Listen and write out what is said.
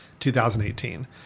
2018